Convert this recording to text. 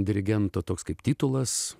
dirigento toks kaip titulas